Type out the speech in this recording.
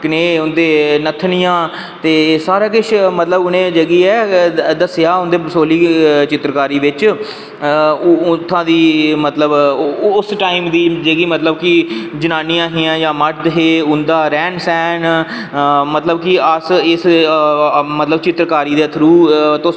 कनेह् उंदिया नथनियां ते सारा किश मतलब उ'नें जेह्की ऐ दस्सेआ उंदे बसोहली चित्रकारी बिच उत्थां दी मतलब उस टाईम दी जेह्की मतलब कि जेह्कियां जनानियां हियां जां मर्द हे उंदा रैह्न सैह्न मतलब कि अस इस चित्रकारी दे थ्रू ते तुस